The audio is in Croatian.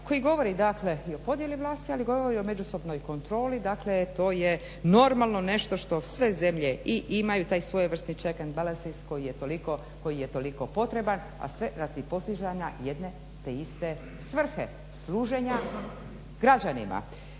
koji govori o podjeli vlasti ali govori o međusobnoj kontroli. Dakle to je normalno nešto što sve zemlje i imaju taj svojevrstan … /Govornica govori engleski./ … koji je toliko potreban, a sve radi postizanja jedne te iste svrhe, služenja građanima.